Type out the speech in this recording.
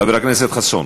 חבר הכנסת חסון,